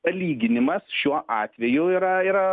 palyginimas šiuo atveju yra yra